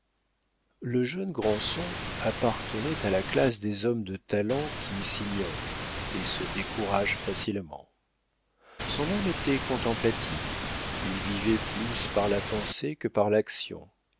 le jeune granson appartenait à la classe des hommes de talent qui s'ignorent et se découragent facilement son âme était contemplative il vivait plus par la pensée que par l'action